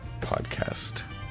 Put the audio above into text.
podcast